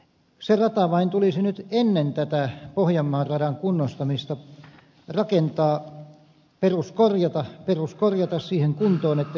se rata vain tulisi nyt ennen tätä pohjanmaan radan kunnostamista rakentaa peruskorjata siihen kuntoon että se kestäisi merkittävän tavaraliikenteen